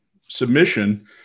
submission